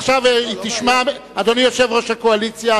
אדוני יושב-ראש הקואליציה,